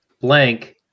blank